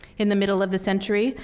in the middle of the century,